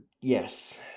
Yes